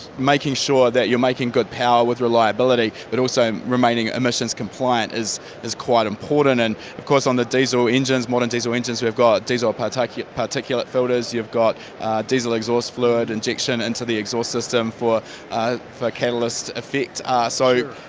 making sure that you're making good power with reliability but also remaining emissions compliant is is quite important and of course on the diesel engines, modern diesel engines, we've got diesel particulate particulate filters, you've got diesel exhaust fluid injection into the exhaust system for ah for catalyst effect ah so